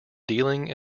dealing